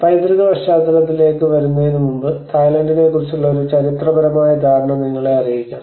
പൈതൃക പശ്ചാത്തലത്തിലേക്ക് വരുന്നതിനുമുമ്പ് തായ്ലൻഡിനെക്കുറിച്ചുള്ള ഒരു ചരിത്രപരമായ ധാരണ നിങ്ങളെ അറിയിക്കാം